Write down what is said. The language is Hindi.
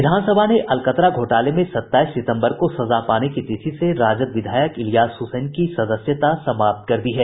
विधानसभा ने अलकतरा घोटाले में सत्ताईस सितम्बर को सजा पाने की तिथि से राजद विधायक इलियास हसैन की सदस्यता समाप्त कर दी है